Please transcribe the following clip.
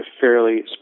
fairly